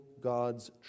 God's